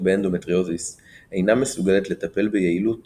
באנדומטריוזיס אינה מסוגלת לטפל ביעילות